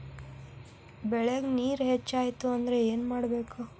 ಬೆಳೇಗ್ ನೇರ ಹೆಚ್ಚಾಯ್ತು ಅಂದ್ರೆ ಏನು ಮಾಡಬೇಕು?